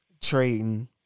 trading